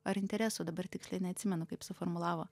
ar interesų dabar tiksliai neatsimenu kaip suformulavo